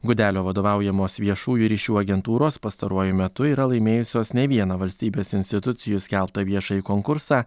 gudelio vadovaujamos viešųjų ryšių agentūros pastaruoju metu yra laimėjusios ne vieną valstybės institucijų skelbtą viešąjį konkursą